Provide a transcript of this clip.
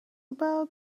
about